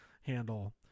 handle